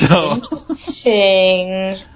Interesting